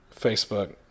Facebook